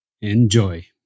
Enjoy